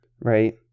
right